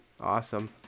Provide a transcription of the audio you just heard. Awesome